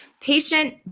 Patient